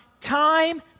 time